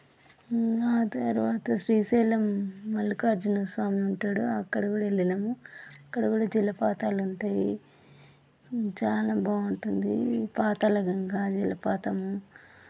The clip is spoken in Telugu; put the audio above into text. తర్వాత శ్రీశైలం మల్లికార్జునస్వామి ఉంటడు అక్కడ కూడా వెళ్ళినాము అక్కడ కూడా జలపాతాలుంటాయి చాలా బాగుంటుంది పాతాళగంగా జలపాతము